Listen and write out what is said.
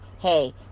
hey